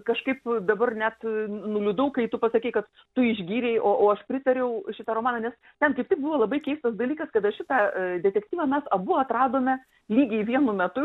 kažkaip dabar net nuliūdau kai tu pasakei kad tu išgyrei o o aš pritariau šitą romaną nes man kaip tik buvo labai keistas dalykas kada šitą detektyvą mes abu atradome lygiai vienu metu